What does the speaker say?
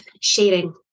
sharing